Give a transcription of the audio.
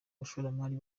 abashoramari